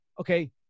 Okay